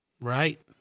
Right